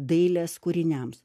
dailės kūriniams